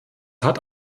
hat